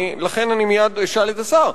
לכן אני מייד אשאל את השר.